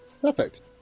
perfect